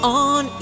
on